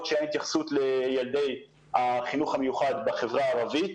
שאין התייחסות לילדי החינוך המיוחד בחברה הערבית.